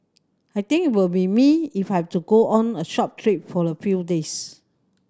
I think it will be me if I have to go on a short trip for a few days